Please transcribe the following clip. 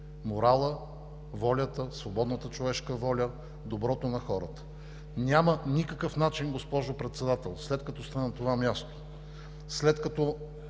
морала, волята, свободната човешка воля, доброто на хората. Няма никакъв начин, госпожо Председател, след като сте на това място, след като